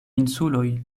insuloj